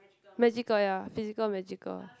magical ya physical magical